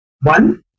one